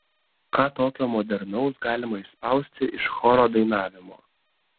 ką tokio modernaus galima išspausti iš choro dainavimo